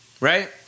Right